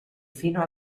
fino